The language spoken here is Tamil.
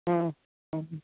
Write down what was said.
ம் ம்ம்